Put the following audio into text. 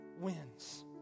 wins